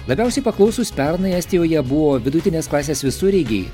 labiausiai paklausūs pernai estijoje buvo vidutinės klasės visureigiai